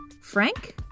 Frank